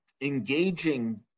engaging